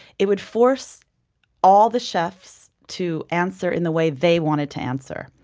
it would force all the chefs to answer in the way they wanted to answer.